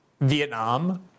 Vietnam